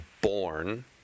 born